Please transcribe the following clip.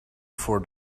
for